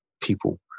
people